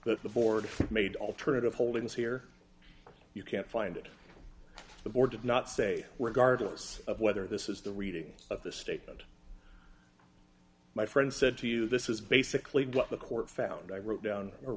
that the board made alternative holdings here you can't find it the board did not say were gardeners of whether this is the reading of the statement my friend said to you this is basically what the court found i wrote down or